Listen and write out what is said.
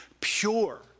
pure